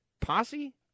posse